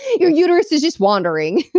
your uterus is just wandering